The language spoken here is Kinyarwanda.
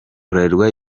bralirwa